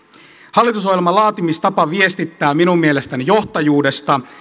hallitusohjelman laatimistapa viestittää minun mielestäni johtajuudesta